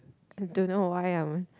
I don't know why I'm